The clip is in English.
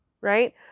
Right